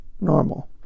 ...normal